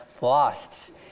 lost